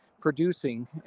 producing